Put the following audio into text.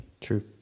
true